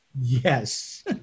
Yes